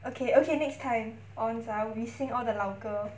okay okay next time on ah we sing all the 老歌